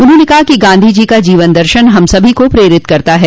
उन्होंने कहा कि गांधी जी का जीवन दर्शन हम सभी को प्रेरित करता है